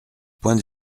point